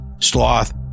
sloth